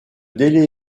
délai